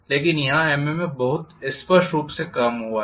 लेकिन यहाँ MMFमें बहुत स्पष्ट रूप से कमी हुई है